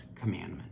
commandment